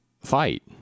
fight